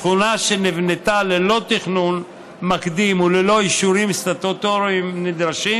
שכונה שנבנתה ללא תכנון מקדים או ללא אישורים סטטוטוריים נדרשים,